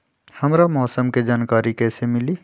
हमरा मौसम के जानकारी कैसी मिली?